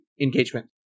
engagement